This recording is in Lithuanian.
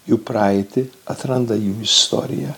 jų praeitį atranda jų istoriją